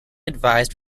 advised